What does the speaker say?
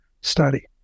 study